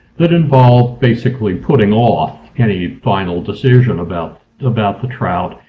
that involved basically putting off any final decision about about the trout,